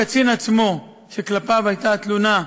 הקצין עצמו, שכלפיו הייתה התלונה,